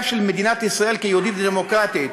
של מדינת ישראל כיהודית ודמוקרטית.